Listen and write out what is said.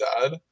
dad